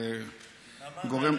זה גורם,